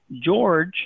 George